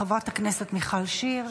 חברת הכנסת מיכל שיר.